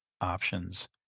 options